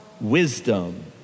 wisdom